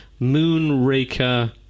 Moonraker